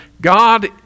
God